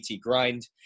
grind